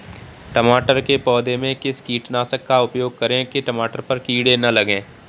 टमाटर के पौधे में किस कीटनाशक का उपयोग करें कि टमाटर पर कीड़े न लगें?